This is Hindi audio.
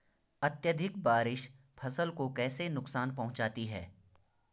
अत्यधिक बारिश फसल को कैसे नुकसान पहुंचाती है?